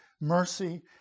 mercy